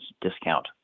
discount